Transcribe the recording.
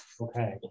Okay